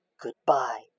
goodbye